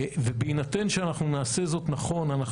ובהינתן שאנחנו נעשה זאת נכון אנחנו